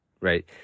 Right